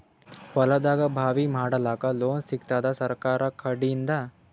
ಹೊಲದಾಗಬಾವಿ ಮಾಡಲಾಕ ಲೋನ್ ಸಿಗತ್ತಾದ ಸರ್ಕಾರಕಡಿಂದ?